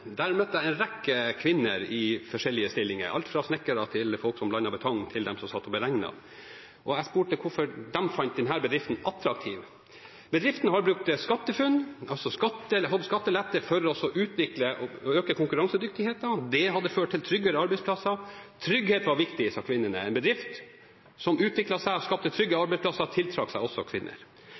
Der møtte jeg en rekke kvinner i forskjellige stillinger, alt fra snekkere til dem som blandet betong, og dem som satt og beregnet. Jeg spurte hvorfor de fant denne bedriften attraktiv. Bedriften har brukt SkatteFUNN, altså fått skattelette for å utvikle og øke konkurransedyktigheten. Det hadde ført til tryggere arbeidsplasser. Trygghet var viktig, sa kvinnene. En bedrift som utviklet seg og skapte trygge arbeidsplasser, tiltrakk seg også kvinner.